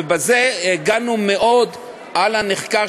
בזה הגנו מאוד על הנחקר,